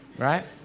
Right